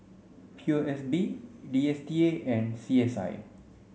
P O S B D S T A and C S I